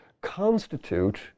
constitute